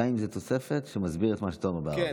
גם אם זו תוספת, שמסביר את מה שאתה אומר בערבית.